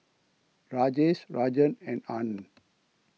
Rajesh Rajan and Anand